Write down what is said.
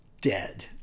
dead